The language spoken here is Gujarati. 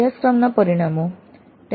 અભ્યાસના પરિણામો tale